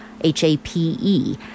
H-A-P-E